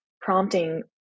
prompting